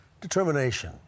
determination